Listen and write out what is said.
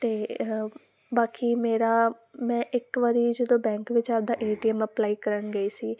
ਅਤੇ ਹ ਬਾਕੀ ਮੇਰਾ ਮੈਂ ਇੱਕ ਵਾਰੀ ਜਦੋਂ ਬੈਂਕ ਵਿੱਚ ਆਪਣਾ ਏ ਟੀ ਐਮ ਅਪਲਾਈ ਕਰਨ ਗਈ ਸੀ